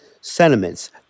sentiments